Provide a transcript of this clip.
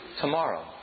tomorrow